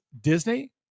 Disney